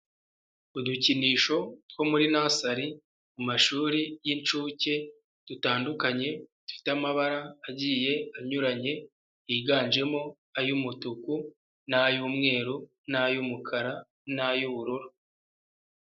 Udukinisho two muri nursery mu mashuri y'inshuke dutandukanye, dufite amabara agiye anyuranye, yiganjemo ay'umutuku n'ay'umweru n'ay'umukara n'ay'ubururu.